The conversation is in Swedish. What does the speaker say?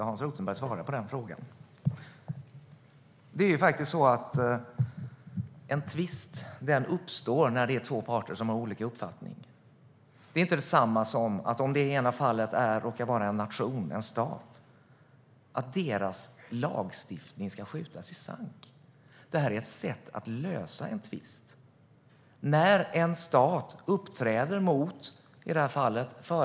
Herr talman! En tvist uppstår när två parter har olika uppfattning. Det är inte detsamma som att en stats lagstiftning ska skjutas i sank. Det här är ett sätt att lösa en tvist när en stat träter med ett företag.